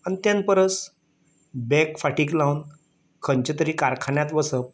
आनी तेन purse bag फाटीक लावन खंयचे तरी कारखान्यांत वचप